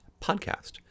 podcast